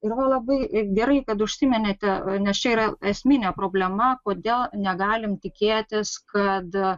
ir va labai gerai kad užsiminėte nes čia yra esminė problema kodėl negalim tikėtis kad